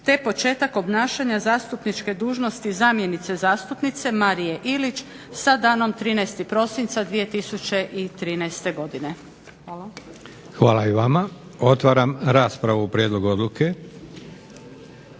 te početak obnašanja zastupničke dužnosti zamjenice zastupnice Marije Ilić sa danom 13.prosinca 2013.godine. Hvala. **Leko, Josip (SDP)** Hvala i vama. Otvaram raspravu o prijedlogu odluke.